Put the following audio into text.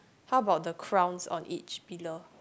how about the crowns on each pillar